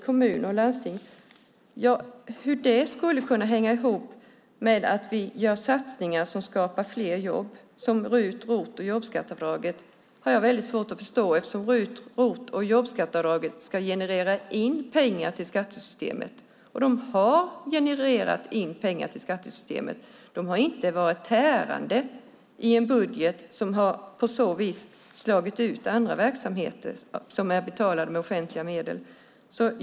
Jag har svårt att förstå hur det hänger ihop med att vi gör satsningar som RUT och ROT-avdragen och jobbskatteavdraget som skapar fler jobb. RUT och ROT-avdragen och jobbskatteavdraget ska generera pengar till skattesystemet. De har genererat pengar till skattesystemet. De har inte varit tärande i budgeten och slagit ut andra verksamheter som är betalade med offentliga medel.